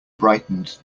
brightened